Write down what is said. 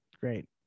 Great